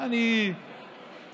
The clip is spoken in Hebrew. אני לא מבינה.